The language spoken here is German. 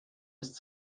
ist